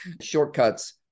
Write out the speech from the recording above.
Shortcuts